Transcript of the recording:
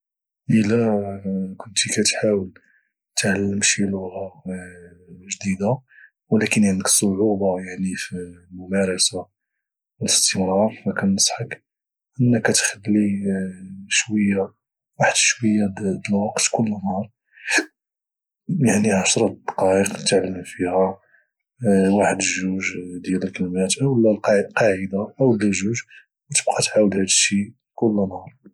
الى كنتي كتحاول تعلم شي لغة جديدة ولكن عندط صعوبة يعني في الممارسة والإستمرار فكنصحك انك تخلي واحد الشوية د الوقت كل نهار يعني واحد 10 دقايق تعلم فيها واحد الجوج ديال الكلمات الولى قاعدة اولى جوج وتبقا تعاود هادشي كل نهار